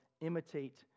imitate